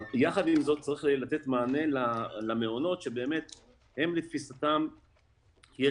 יחד עם זאת צריך לתת מענה למעונות שבאמת לתפיסתם יש